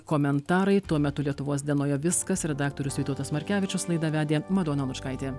komentarai tuo metu lietuvos dienoje viskas redaktorius vytautas markevičius laidą vedė madona lučkaitė